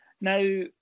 Now